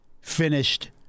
finished